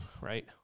Right